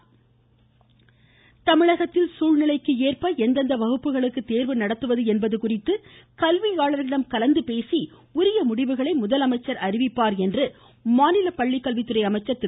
செங்கோட்டையன் தமிழகத்தில் சூழ்நிலைக்கு ஏற்ப எந்தெந்த வகுப்புகளுக்கு தேர்வு நடத்துவது என்பது குறித்து கல்வியாளர்களிடம் கலந்து பேசி உரிய முடிவுகளை முதலமைச்சர் அறிவிப்பார் என்று மாநில பள்ளிக்கல்வித்துறை அமைச்சர் திரு